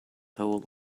whole